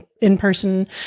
in-person